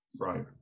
Right